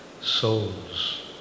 souls